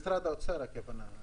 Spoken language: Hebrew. בדרך כלל,